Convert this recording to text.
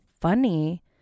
funny